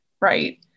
right